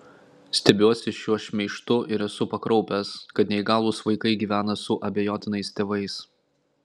stebiuosi šiuo šmeižtu ir esu pakraupęs kad neįgalūs vaikai gyvena su abejotinais tėvais